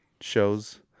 shows